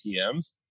ATMs